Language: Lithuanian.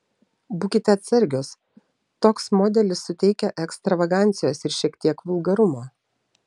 būkite atsargios toks modelis suteikia ekstravagancijos ir šiek tiek vulgarumo